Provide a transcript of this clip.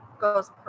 goes